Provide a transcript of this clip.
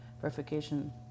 verification